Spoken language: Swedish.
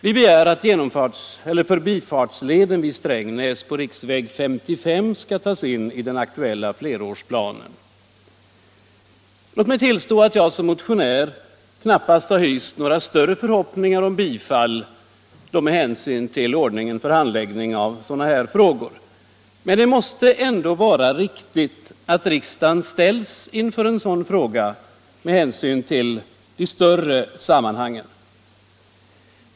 Vi begär att förbifartsleden vid Strängnäs på riksväg 55 skall tas in i den aktuella flerårsplanen. Låt mig tillstå att jag som motionär knappast hyst några större förhoppningar om bifall med hänsyn till ordningen för behandlingen av sådana frågor. Men det måste ändå vara riktigt att riksdagen ställs inför en sådan fråga mot bakgrund av de större sammanhangen.